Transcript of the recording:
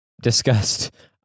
discussed